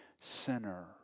sinner